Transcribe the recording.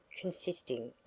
consisting